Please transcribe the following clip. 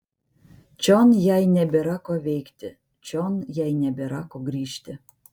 čion jai nebėra ko veikti čion jai nebėra ko grįžti